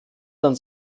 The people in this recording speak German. dann